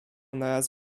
naraz